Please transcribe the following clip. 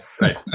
Right